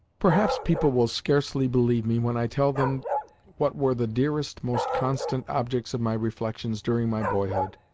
perhaps people will scarcely believe me when i tell them what were the dearest, most constant, objects of my reflections during my boyhood,